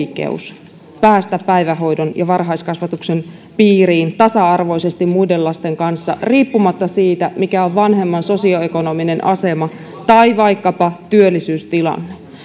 oikeus päästä päivähoidon ja varhaiskasvatuksen piiriin tasa arvoisesti muiden lasten kanssa riippumatta siitä mikä on vanhemman sosioekonominen asema tai vaikkapa työllisyystilanne